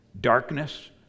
darkness